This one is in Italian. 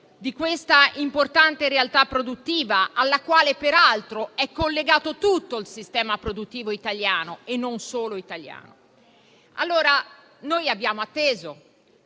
di questa importante realtà produttiva, alla quale peraltro è collegato tutto il sistema produttivo italiano e non solo italiano. Noi abbiamo atteso;